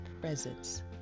presence